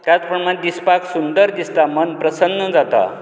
त्याच प्रमाणें दिसपाक सुंदर दिसता मन प्रसन्न जाता